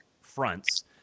fronts